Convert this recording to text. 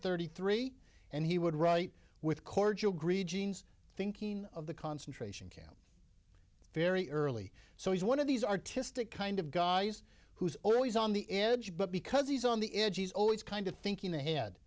thirty three and he would write with cordial greetings thinking of the concentration camp very early so he's one of these artistic kind of guys who's always on the edge but because he's on the edge he's always kind of thinking ahead